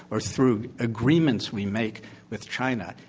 or through agreements we make with china,